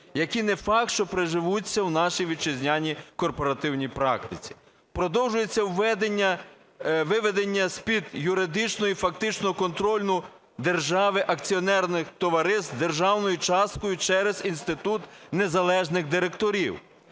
які не факт, що приживуться у нашій вітчизняній корпоративній практиці. Продовжується введення... виведення з-під юридичного і фактичного контролю держави акціонерних товариств державною часткою через інститут незалежних директорів.